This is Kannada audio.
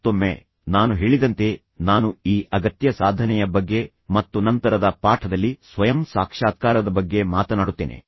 ಮತ್ತೊಮ್ಮೆ ನಾನು ಹೇಳಿದಂತೆ ನಾನು ಈ ಅಗತ್ಯ ಸಾಧನೆಯ ಬಗ್ಗೆ ಮತ್ತು ನಂತರದ ಪಾಠದಲ್ಲಿ ಸ್ವಯಂ ಸಾಕ್ಷಾತ್ಕಾರದ ಬಗ್ಗೆ ಮಾತನಾಡುತ್ತೇನೆ